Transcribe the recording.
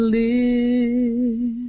live